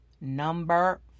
number